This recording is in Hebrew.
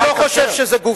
אני לא חושב שזה גוף,